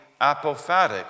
apophatic